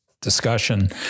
discussion